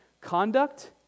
Conduct